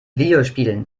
videospielen